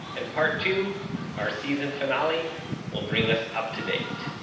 and part two our season finale will bring us up to date